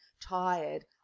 tired